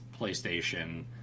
playstation